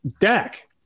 Dak